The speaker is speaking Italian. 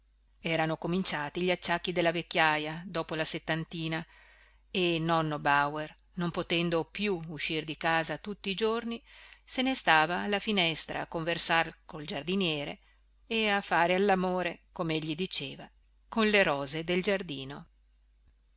erano cominciati gli acciacchi della vecchiaja dopo la settantina e nonno bauer non potendo più uscir di casa tutti i giorni se ne stava alla finestra a conversar col giardiniere e a fare allamore comegli diceva con le rose del giardino